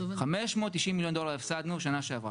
590 מיליון דולר הפסדנו בשנה שעברה.